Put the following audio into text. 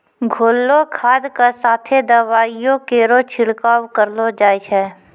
घोललो खाद क साथें दवाइयो केरो छिड़काव करलो जाय छै?